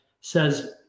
says